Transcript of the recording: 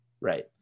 right